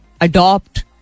adopt